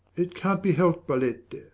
it can't be helped, bolette.